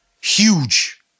Huge